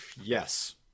yes